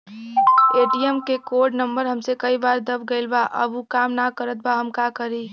ATM क code number हमसे कई बार दब गईल बा अब उ काम ना करत बा हम का करी?